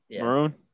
Maroon